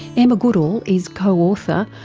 emma goodall is co-author,